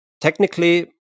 technically